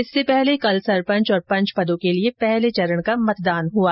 इससे पहले कल सरपंच और पंच पदों के लिए पहले चरण का मतदान हुआ